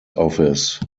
office